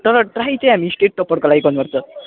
तर ट्राई चाहिँ हामी स्टेट टपरको लागि गर्नुपर्छ